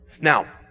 Now